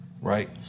Right